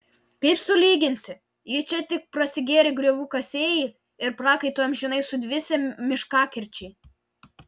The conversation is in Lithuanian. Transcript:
kaip sulyginsi jei čia tik prasigėrę griovių kasėjai ir prakaitu amžinai sudvisę miškakirčiai